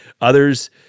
others